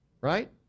right